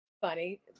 funny